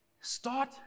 Start